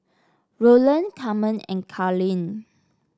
Roland Carmen and Carlyn